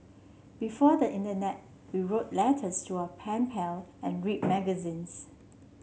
before the internet we wrote letters to our pen pal and read magazines